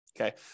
Okay